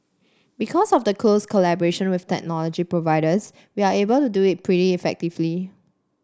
because of the close collaboration with technology providers we are able to do it pretty effectively